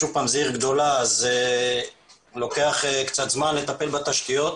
זאת עיר גדולה כך שלוקח קצת זמן לטפל בתשתיות.